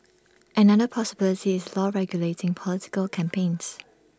another possibility is law regulating political campaigns